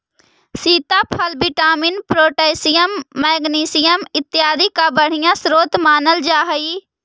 सीताफल vitamin, potassium, magnesium इत्यादि का बढ़िया स्रोत मानल जा हई